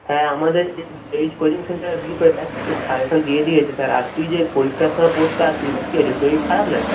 হ্যাঁ আমাদের এই জে এইচ কোচিং সেন্টারের গ্রুপে দেখ স্যার সাজেশান দিয়ে দিয়েছে স্যার আর তুই যে এই পরীক্ষার সময় পড়তে আসছিস না কী হয়েছে শরীর খারাপ না কি